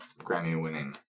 Grammy-winning